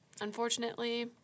Unfortunately